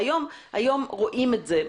היום רואים את זה,